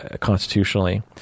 constitutionally